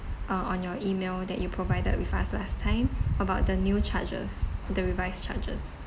uh on your email that you provided with us last time about the new charges the revised charges